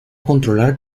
controlar